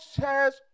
says